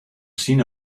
seen